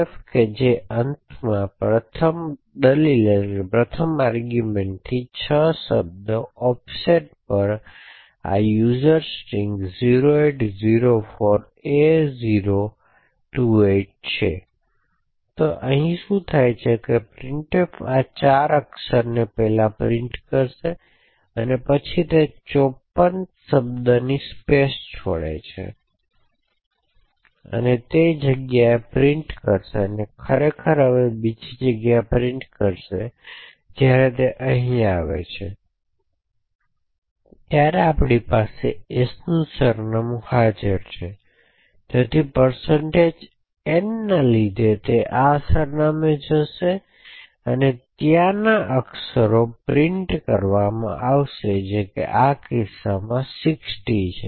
Printf કે અંતે પ્રથમ દલીલ થી 6 શબ્દો ઑફસેટ પર આ વપરાશકર્તા સ્ટ્રિંગ 0804a028 છે તો શું થાય છે કે પ્રિંટફે આ ચાર અક્ષરોને પહેલા પ્રિન્ટ કરશે અને પછી તે 54 શબ્દો છોડે તે જગ્યા પ્રિન્ટ કરી લેશે અને પછી તે ખરેખર હવે બીજી જગ્યા પ્રિન્ટ કરશે જ્યારે તે અહીં આવે છે ત્યારે આપણી પાસે s નું સરનામું હાજર છે તેથી n ને લીધે તે આ સરનામે જશે અને ત્યાં અક્ષરો મુદ્રિત કરવામાં આવે છે જે કિસ્સામાં 60 છે